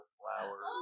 flowers